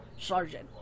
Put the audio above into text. Sergeant